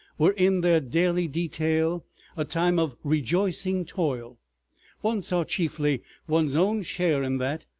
were in their daily detail a time of rejoicing toil one saw chiefly one's own share in that,